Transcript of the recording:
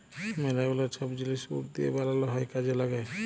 ম্যালা গুলা ছব জিলিস উড দিঁয়ে বালাল হ্যয় কাজে ল্যাগে